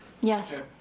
Yes